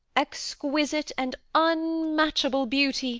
exquisite, and unmatchable beauty